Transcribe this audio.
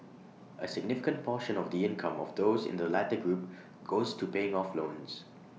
A significant portion of the income of those in the latter group goes to paying off loans